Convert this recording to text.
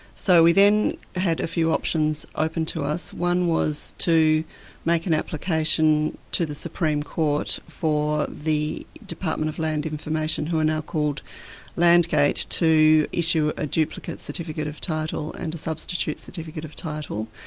so we then had a few options open to us one was to make an application to the supreme court for the department of land information who are now called landgate, to issue a duplicate certificate of title and a substitute certificate of title.